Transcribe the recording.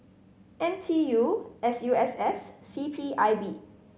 N T U S U S S C P I B